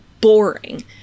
boring